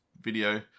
video